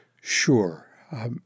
Sure